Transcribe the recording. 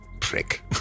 prick